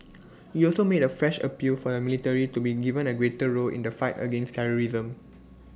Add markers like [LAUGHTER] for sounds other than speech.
[NOISE] he also made A fresh appeal for the military to be given A greater role in the fight against terrorism